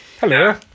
Hello